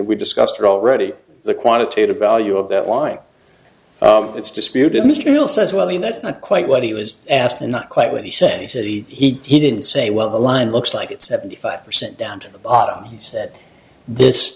we discussed or already the quantitative value of that why it's disputed mr bill says well i mean that's not quite what he was asked and not quite what he said he said he he he didn't say well the line looks like it's seventy five percent down to the bottom and said this